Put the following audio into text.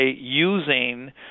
using